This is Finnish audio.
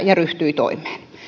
ja ryhtyi toimeen